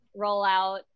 rollout